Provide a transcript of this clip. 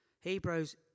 Hebrews